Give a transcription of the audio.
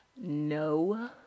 no